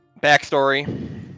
backstory